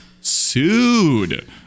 sued